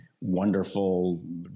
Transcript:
wonderful